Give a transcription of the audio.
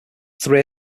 three